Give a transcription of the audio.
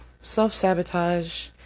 self-sabotage